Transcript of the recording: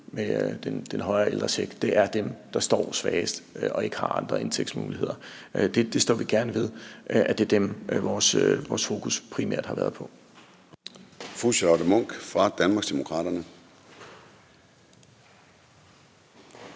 med den højere ældrecheck, er dem, der står svagest og ikke har andre indtægtsmuligheder. Vi står gerne ved, at det er dem, vores fokus primært har været på.